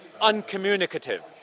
uncommunicative